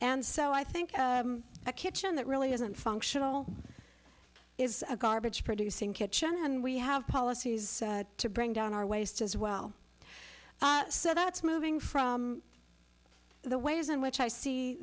and so i think a kitchen that really isn't functional is a garbage producing kitchen and we have policies to bring down our waste as well so that's moving from the ways in which i see